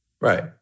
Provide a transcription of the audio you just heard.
Right